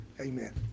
Amen